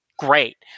Great